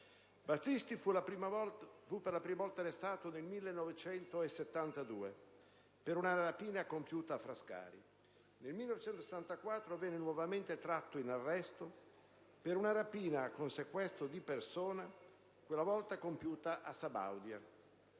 Battisti fu per la prima volta arrestato nel 1972, per una rapina compiuta a Frascati. Nel 1974 venne nuovamente tratto in arresto per una rapina con sequestro di persona, quella volta compiuta a Sabaudia.